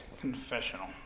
confessional